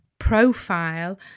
profile